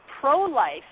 pro-life